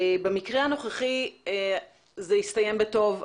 במקרה הנוכחי זה הסתיים בטוב,